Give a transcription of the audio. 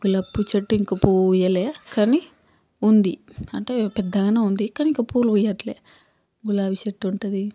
గులాబీ పువ్వు చెట్టు ఇంకా పూయలే కాని ఉంది అంటే పెద్దగానే ఉంది కాని ఇంకా పూవులు పూయట్లే గులాబీ చెట్టు ఉంటుంది